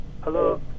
Hello